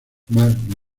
más